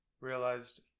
realized